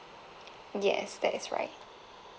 yes that is right